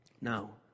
Now